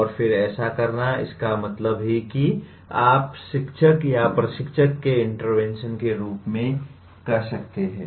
और फिर ऐसा करना इसका मतलब है कि आप शिक्षक या प्रशिक्षक के इंटरवेंशन के रूप में कह सकते हैं